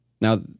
Now